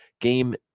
Game